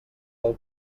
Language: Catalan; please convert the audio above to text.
del